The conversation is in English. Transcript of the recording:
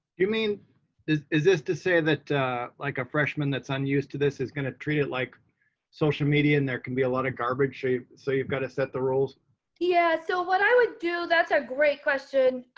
you mean is is this to say that like a freshman. that's unused to this is gonna treat it like social media and there can be a lot of garbage shape. so you've got to set the rules. elizabeth vigue yeah. so what i would do. that's a great question.